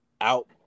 out